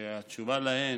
והתשובה עליהן,